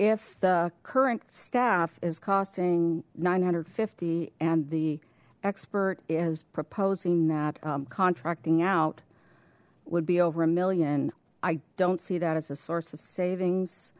if the current staff is costing nine hundred and fifty and the expert is proposing that contracting out would be over a million i don't see that as a source of